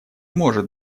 может